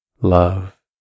love